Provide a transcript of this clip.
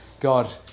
God